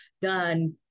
done